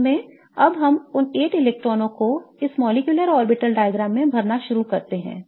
वास्तव में अब हम उन 8 इलेक्ट्रॉनों को इस molecular orbital diagrams में भरना शुरू करते हैं